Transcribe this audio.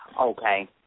Okay